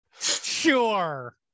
Sure